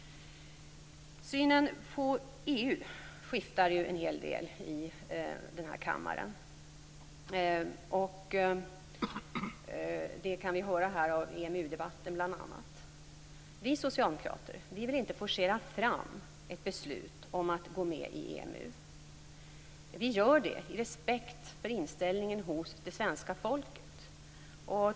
Synen på EU skiftar ju en hel del i denna kammare. Det kan vi höra bl.a. i EMU-debatten. Vi socialdemokrater vill inte forcera fram ett beslut om att gå med i EMU. Vi gör det i respekt för inställningen hos det svenska folket.